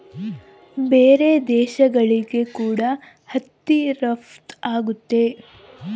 ಬೇರೆ ದೇಶಗಳಿಗೆ ಕೂಡ ಹತ್ತಿ ರಫ್ತು ಆಗುತ್ತೆ